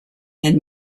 and